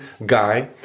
guy